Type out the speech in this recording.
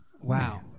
wow